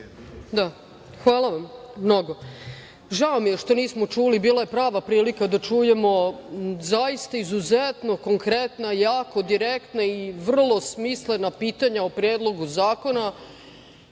Hvala vam. Žao mi je što nismo čuli, bila je prava prilika da čujemo zaista izuzetno konkretna, jako direktna i vrlo smislena pitanja o Predlogu zakona,